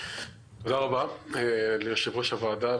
תודה רבה ליושב-ראש הוועדה.